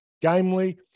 gamely